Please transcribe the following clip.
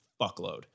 fuckload